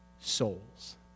souls